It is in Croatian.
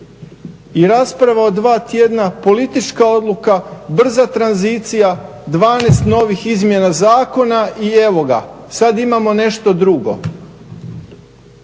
i rasprava o dva tjedna, politička odluka, brza tranzicija, 12 novih izmjena zakona i evo ga. Sad imamo nešto drugo.